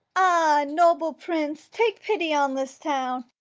ah, noble prince, take pity on this town,